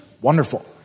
wonderful